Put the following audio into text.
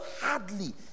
hardly